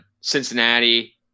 Cincinnati